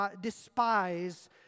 despise